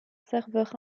serveur